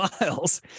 Miles